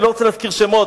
אני לא רוצה להזכיר שמות,